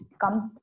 comes